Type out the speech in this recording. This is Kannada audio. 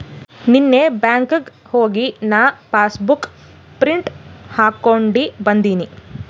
ನೀನ್ನೇ ಬ್ಯಾಂಕ್ಗ್ ಹೋಗಿ ನಾ ಪಾಸಬುಕ್ ಪ್ರಿಂಟ್ ಹಾಕೊಂಡಿ ಬಂದಿನಿ